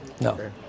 no